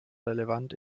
relevant